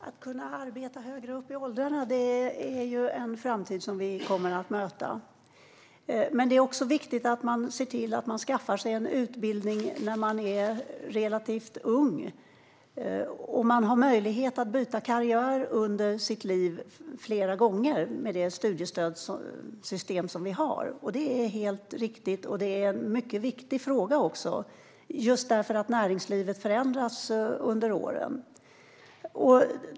Herr talman! Att arbeta högre upp i åldrarna är en framtid vi kommer att möta. Det är dock också viktigt att skaffa sig en utbildning när man är relativt ung. Man har möjlighet att byta karriär under livet flera gånger med det studiestödssystem som finns. Det här är helt riktigt, och det är också en mycket viktig fråga eftersom näringslivet förändras under årens lopp.